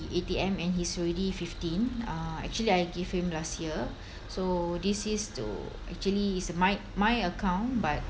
the A_T_M and he's already fifteen uh actually I give him last year so this is to actually it's my my account but